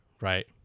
right